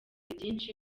byinshi